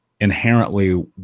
inherently